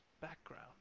background